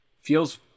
feels